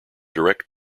direct